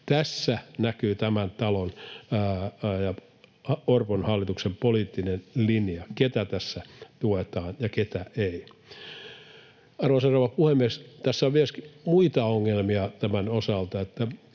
Tässä näkyy tämän talon ja Orpon hallituksen poliittinen linja, ketä tässä tuetaan ja ketä ei. Arvoisa rouva puhemies! Tämän osalta on myös muita ongelmia, ja